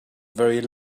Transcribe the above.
very